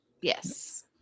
Yes